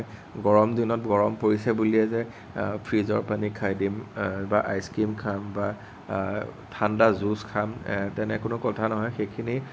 গৰম দিনত গৰম পৰিছে বুলিয়েই যে ফ্ৰিজৰ পানী খাই দিম বা আইচক্ৰিম খাম বা ঠাণ্ডা কোনো জুচ খাম তেনে কোনো কথা নহয় সেইখিনি